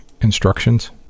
instructions